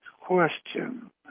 question